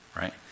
right